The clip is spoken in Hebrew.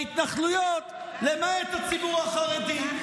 שלילי מההתנחלויות, למעט הציבור החרדי.